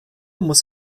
muss